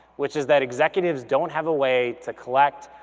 which is that executives don't have a way to collect,